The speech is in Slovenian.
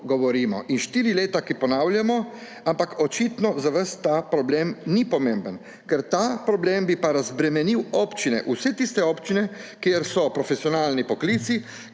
in štiri leta to ponavljamo, ampak očitno za vas ta problem ni pomemben. Ker ta problem bi pa razbremenil občine, vse tiste občine, kjer so profesionalni poklici,